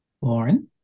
Lauren